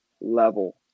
level